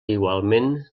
igualment